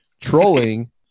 trolling